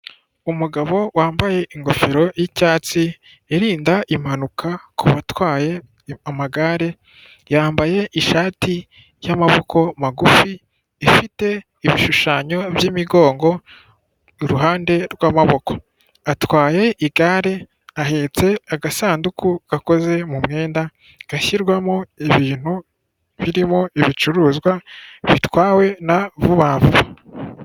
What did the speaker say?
Umugabo wambaye ingofero y'icyatsi irinda impanuka kubatwaye amagare yambaye ishati y'amaboko magufi ifite ibishushanyo by'imigongo iruhande rw'amaboko atwaye igare ahetse agasanduku gakoze mu mwenda gashyirwamo ibintu birimo ibicuruzwa bitwawe na vubavuba.